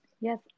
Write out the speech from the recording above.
Yes